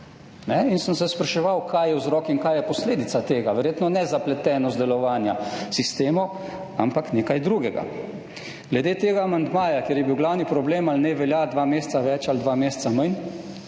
In sem se spraševal, kaj je vzrok in kaj je posledica tega, verjetno ne zapletenost delovanja sistemov, ampak nekaj drugega. Glede tega amandmaja, ker je bil glavni problem ali naj velja dva meseca več ali dva meseca manj,